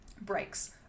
breaks